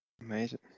amazing